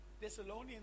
Thessalonians